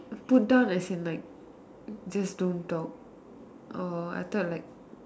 put down as in like just don't talk or I thought like